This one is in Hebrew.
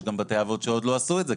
יש גם בתי אבות שעוד לא עשו את זה,